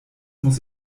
muss